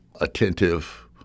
attentive